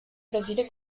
brasile